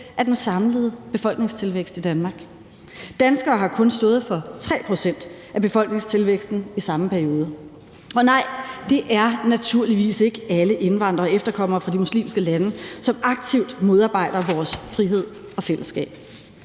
af den samlede befolkningstilvækst i Danmark. Danskere har kun stået for 3 pct. af befolkningstilvæksten i samme periode. Og nej, det er naturligvis ikke alle indvandrere og efterkommere fra de muslimske lande, som aktivt modarbejder vores frihed og fællesskab,